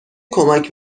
کمک